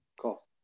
cool